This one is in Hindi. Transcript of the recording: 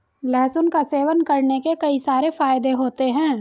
लहसुन का सेवन करने के कई सारे फायदे होते है